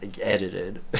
edited